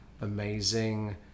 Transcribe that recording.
amazing